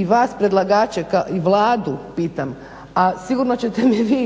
i vas predlagače i Vladu pitam, a sigurno ćete mi vi